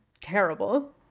terrible